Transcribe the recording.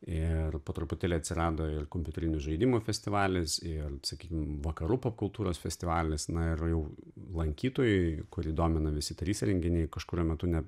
ir po truputėlį atsirado ir kompiuterinių žaidimų festivalis ir sakykim vakarų popkultūros festivalis na ir jau lankytojui kurį domina visi trys renginiai kažkuriuo metu net